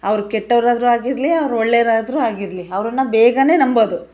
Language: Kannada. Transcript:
ಅವ್ರು ಕೆಟ್ಟವರಾದ್ರೂ ಆಗಿರಲಿ ಅವ್ರು ಒಳ್ಳೆಯವ್ರಾದ್ರೂ ಆಗಿರಲಿ ಅವರನ್ನ ಬೇಗ ನಂಬೋದು